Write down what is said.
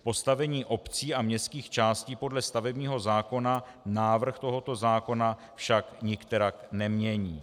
Postavení obcí a městských částí podle stavebního zákona návrh tohoto zákona však nikterak nemění.